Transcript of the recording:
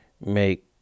make